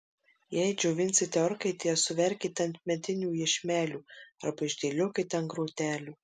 jei džiovinsite orkaitėje suverkite ant medinių iešmelių arba išdėliokite ant grotelių